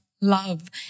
love